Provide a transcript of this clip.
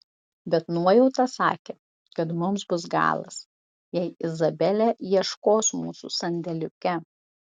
bet nuojauta sakė kad mums bus galas jei izabelė ieškos mūsų sandėliuke